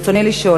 רצוני לשאול: